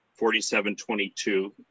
4722